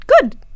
good